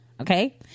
okay